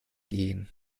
gehen